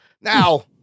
Now